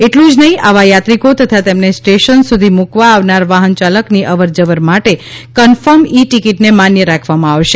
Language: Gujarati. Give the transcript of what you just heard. એટલું જ નહિ આવા યાત્રીકો તથા તેમને સ્ટેશન સુધી મૂકવા આવનારા વાહનચાલકની અવર જવર માટે કન્ફર્મ ઇ ટિકીટને માન્ય રાખવામાં આવશે